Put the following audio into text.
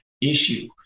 issue